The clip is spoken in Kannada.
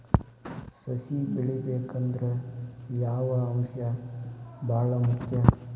ಸಸಿ ಬೆಳಿಬೇಕಂದ್ರ ಯಾವ ಅಂಶ ಭಾಳ ಮುಖ್ಯ?